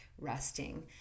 resting